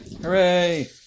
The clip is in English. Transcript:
Hooray